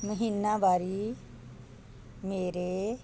ਮਹੀਨਾਵਾਰੀ ਮੇਰੇ